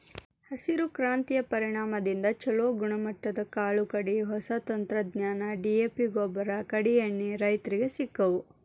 ಹಸಿರು ಕ್ರಾಂತಿಯ ಪರಿಣಾಮದಿಂದ ಚುಲೋ ಗುಣಮಟ್ಟದ ಕಾಳು ಕಡಿ, ಹೊಸ ತಂತ್ರಜ್ಞಾನ, ಡಿ.ಎ.ಪಿಗೊಬ್ಬರ, ಕೇಡೇಎಣ್ಣಿ ರೈತರಿಗೆ ಸಿಕ್ಕವು